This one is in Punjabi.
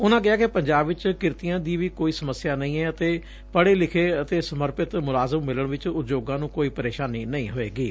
ਉਨੂਾਂ ਕਿਹਾ ਕਿ ਪੰਜਾਬ ਚ ਕਿਰਤੀਆਂ ਦੀ ਵੀ ਕੋਈ ਸਮੱਸਿਆ ਨਹੀਂ ਏ ਅਤੇ ਪੜ੍ਜੇਲਿਖੇ ਅਤੇ ਸਮਰਪਿਤ ਮੁਲਾਜ਼ਮ ਮਿਲਣ ਚ ਉਦਯੋਗਾ ਨੂੰ ਕੋਈ ਪ੍ਰੇਸ਼ਾਨੀ ਨਹੀਂ ਹੋਏਗੀ